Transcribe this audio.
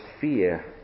fear